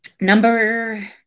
number